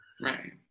Right